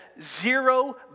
zero